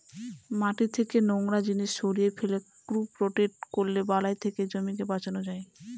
মাটি থেকে নোংরা জিনিস সরিয়ে ফেলে, ক্রপ রোটেট করলে বালাই থেকে জমিকে বাঁচানো যায়